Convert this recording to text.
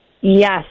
Yes